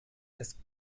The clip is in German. des